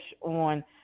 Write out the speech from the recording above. on